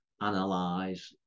analyze